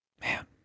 Man